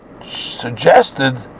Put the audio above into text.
suggested